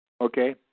Okay